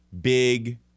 big